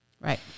right